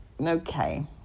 Okay